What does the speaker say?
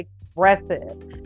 expressive